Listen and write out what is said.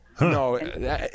No